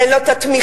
אין לו את התמיכה,